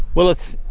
well it's